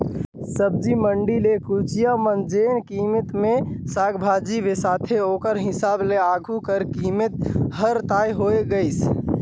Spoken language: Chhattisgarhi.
सब्जी मंडी ले कोचिया मन जेन कीमेत ले साग भाजी बिसाथे ओकर हिसाब ले आघु कर कीमेत हर तय होए गइस